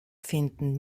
finden